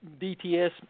DTS